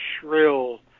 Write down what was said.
shrill